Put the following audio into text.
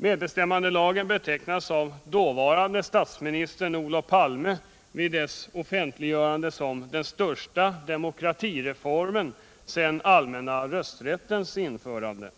Medbestämmandelagen betecknades av dåvarande statsministern Olof Palme vid dess offentliggörande som ”den största demokratireformen sedan allmänna rösträttens införande”.